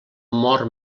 mor